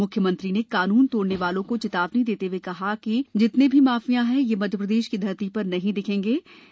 मुख्यमंत्री ने कानून तोड़ने वालों को चेतावनी देते हुए कहा कि जितने माफिया हैं ये मप्र की धरती पर दिखेंगे नहीं